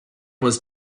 was